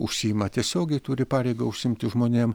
užsiima tiesiogiai turi pareigą užsiimti žmonėm